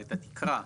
את התקרה,